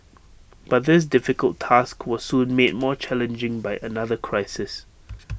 but this difficult task was soon made more challenging by another crisis